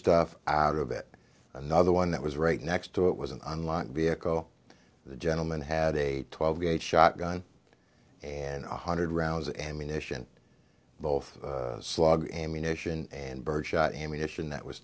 stuff out of it another one that was right next to it was an unlocked vehicle the gentleman had a twelve gauge shotgun and one hundred rounds of ammunition both slug ammunition and birdshot ammunition that was